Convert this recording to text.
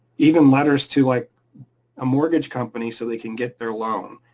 even letters to like a mortgage company so they can get their loan.